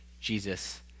Jesus